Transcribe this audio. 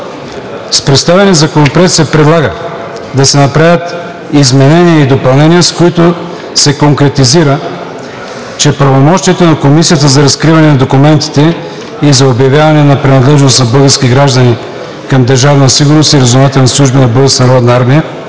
С предложения законопроект се предлага да се направят някои изменения и допълнения, с които да се конкретизира, че правомощието на Комисията за разкриване на документите и за обявяване на принадлежност на български граждани към Държавна сигурност и разузнавателните служби на Българската народна армия,